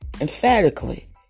Emphatically